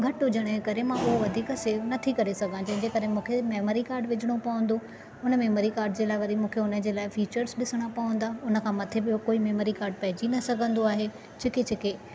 घटि हुजण जे करे मां उहो वधीक सेव नथी करे सघां जंहिं जे करे मूंखे मेमरी कार्ड विझणो पवंदो हुन कार्ड जे लाइ वरी मूंखे हुन जे लाइ फीचर्स ॾिसणा पवंदा उन खां मथे ॿियो कोई मेमरी कार्ड पइजी न सघंदो आहे छिके छिके